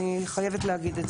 אני חייבת להגיד את זה.